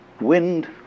wind